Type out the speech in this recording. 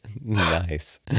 Nice